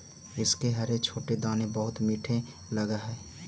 इसके हरे छोटे दाने बहुत मीठे लगअ हई